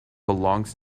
belongs